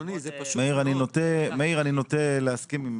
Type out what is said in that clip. מאיר, אני נוטה להסכים עם